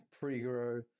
pre-grow